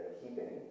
keeping